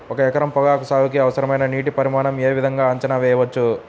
ఒక ఎకరం పొగాకు సాగుకి అవసరమైన నీటి పరిమాణం యే విధంగా అంచనా వేయవచ్చు?